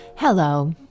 hello